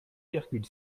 virgule